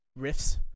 Riffs